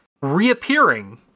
reappearing